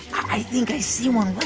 i think i see one